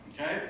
Okay